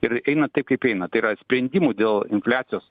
ir eina taip kaip eina tai yra sprendimų dėl infliacijos